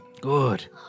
Good